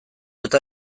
eta